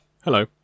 hello